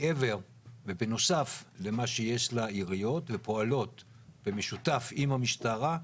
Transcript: מעבר ובנוסף למה שיש לעיריות ופועלות במשותף עם המשטרה,